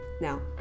Now